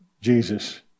Jesus